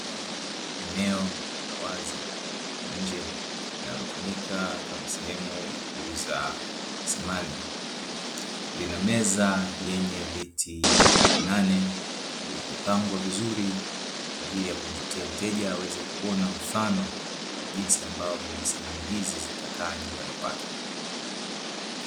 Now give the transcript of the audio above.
Eneo la wazi la nje linalotumika kama sehemu ya kuuza samani lina meza yenye viti nane vilivyopangwa vizuri, kwa ajili ya kumvutia mteja aweze kuona mfano wa jinsi ambavyo samani hizi zitakaa nyumbani kwake.